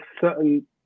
certain